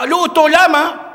שאלו אותו: למה?